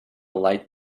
light